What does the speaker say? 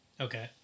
Okay